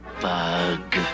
bug